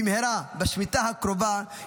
במהרה בשמיטה הקרובה,